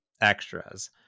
Extras